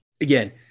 again